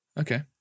Okay